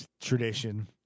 tradition